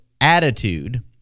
attitude